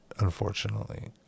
unfortunately